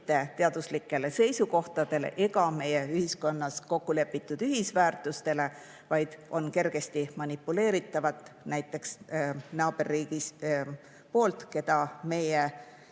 teaduslikele seisukohtadele ega meie ühiskonnas kokkulepitud ühisväärtustele, vaid on kergesti manipuleeritavad näiteks naaberriigi poolt, kelle meie